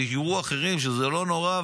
ויראו אחרים שזה לא נורא,